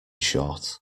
short